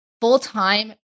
full-time